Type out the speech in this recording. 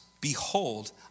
behold